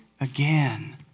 again